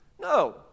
No